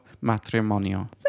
matrimonio